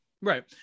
Right